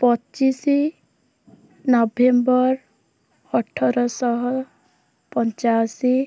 ପଚିଶ ନଭେମ୍ବର ଅଠରଶହ ପଞ୍ଚାଅଶୀ